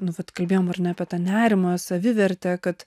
nu vat kalbėjom ar ne apie tą nerimą savivertę kad